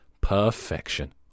Perfection